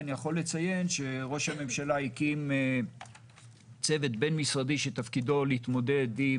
אני יכול לציין שראש הממשלה הקים צוות בין-משרדי שתפקידו להתמודד עם